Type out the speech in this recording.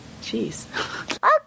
Jeez